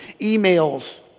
emails